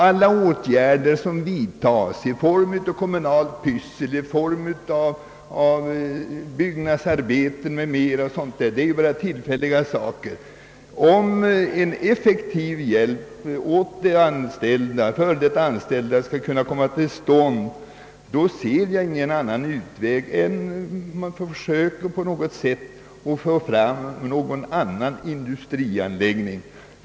Alla åtgärder som vidtas i form av kommunalt pyssel, byggnadsarbeten m.m. blir bara av tillfällig art. Om en effektiv hjälp åt de anställda skall kunna ges, ser jag ingen annan utväg än att man får försöka att på något sätt få fram en annan industrianläggning.